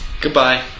Goodbye